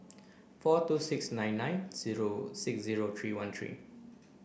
four two six nine nine zero six zero three one three